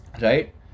right